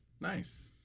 nice